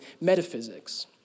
metaphysics